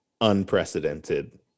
unprecedented